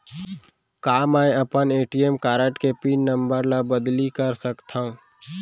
का मैं अपन ए.टी.एम कारड के पिन नम्बर ल बदली कर सकथव?